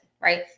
right